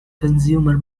consumer